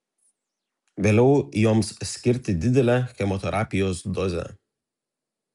vėliau joms skirti didelę chemoterapijos dozę